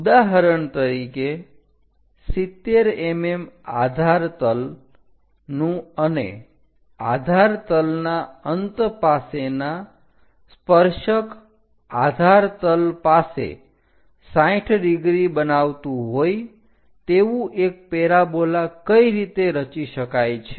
ઉદાહરણ તરીકે 70 mm આધાર તલ નું અને આધાર તલના અંત પાસેના સ્પર્શક આધાર તલ પાસે 60 ડિગ્રી બનાવતુ હોય તેવું એક પેરાબોલા કઈ રીતે રચી શકાય છે